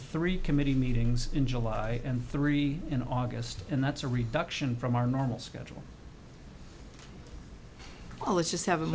three committee meetings in july and three in august and that's a reduction from our normal schedule oh let's just have a